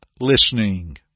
listening